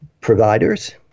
providers